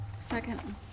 Second